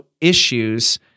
issues